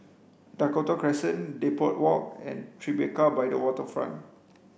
Dakota Crescent Depot Walk and Tribeca by the Waterfront